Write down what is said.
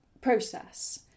process